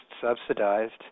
subsidized